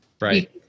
Right